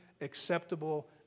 acceptable